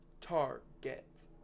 Target